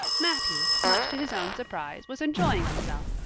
matthew, much to his own surprise, was enjoying himself.